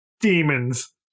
Demons